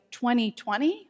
2020